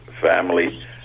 family